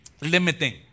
limiting